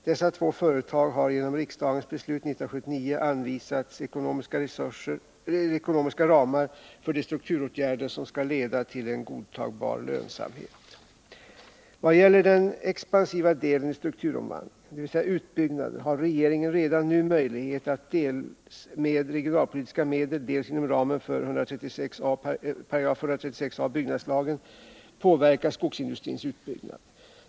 Dessa två företag har genom riksdagens beslut 1979 anvisats ekonomiska ramar för de strukturåtgärder som skall leda till en godtagbar lönsamhet. Vad gäller den expansiva delen i strukturomvandlingen, dvs. utbyggnader, har regeringen redan nu möjlighet att dels med regionalpolitiska medel, dels inom ramen för 136 a § byggnadslagen påverka skogsindustrins utbyggnad.